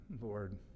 Lord